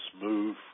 move